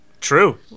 true